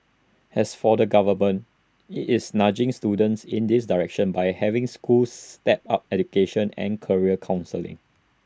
as for the government IT is nudging students in this direction by having schools step up education and career counselling